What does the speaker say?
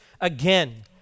again